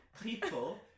people